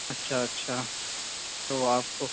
اچھا اچھا تو آپ کو